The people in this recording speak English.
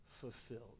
fulfilled